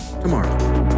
tomorrow